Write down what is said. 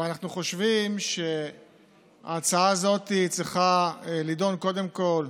אבל אנחנו חושבים שההצעה הזאת צריך להידון קודם כול,